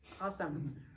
Awesome